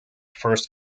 first